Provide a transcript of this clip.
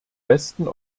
besten